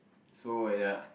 so uh ya